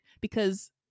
because-